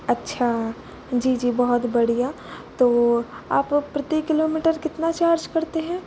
अच्छा जी जी बहुत बढ़िया तो आप प्रति किलोमीटर कितना चार्ज करते हैं